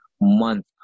month